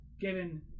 given